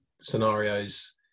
scenarios